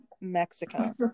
Mexico